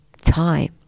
time